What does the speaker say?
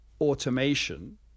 automation